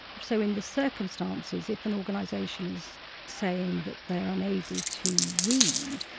so, in the circumstances if an organisation is saying that they're unable to read,